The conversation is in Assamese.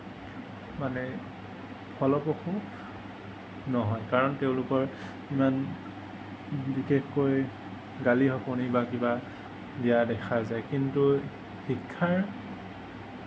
মানে ফলপ্ৰসু নহয় কাৰণ তেওঁলোকৰ ইমান বিশেষকৈ গালি শপনি বা কিবা দিয়া দেখা যায় কিন্তু শিক্ষাৰ